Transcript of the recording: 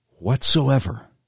whatsoever